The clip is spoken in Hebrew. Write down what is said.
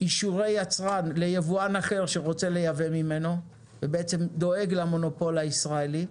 אישורי יצרן ליבואן אחר שרוצה לייבא ממנו ובעצם דואג למונופול הישראלי.